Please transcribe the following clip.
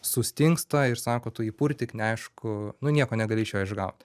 sustingsta ir sako tu jį purtyk neaišku nu nieko negali iš jo išgaut